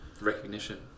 recognition